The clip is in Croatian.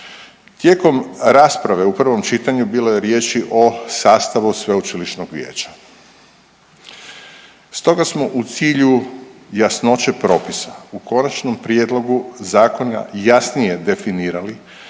Tijekom rasprave u prvom čitanju bilo je riječi o sastavu sveučilišnog vijeća, stoga smo u cilju jasnoće propisa u konačnom prijedlogu zakona jasnije definirali